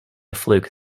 fluke